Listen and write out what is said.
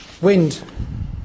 Wind